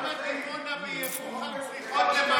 אבל למה דימונה וירוחם צריכות לממן את,